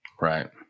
right